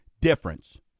difference